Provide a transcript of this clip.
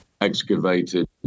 excavated